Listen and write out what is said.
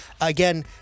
Again